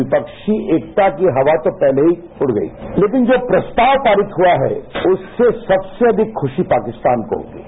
विपक्षी एकता की हवा तो पहले ही उड़ गई लेकिन जो प्रस्ताव पारित हुआ है उससे सबसे अधिक खुशी पाकिस्तान को हुई होगी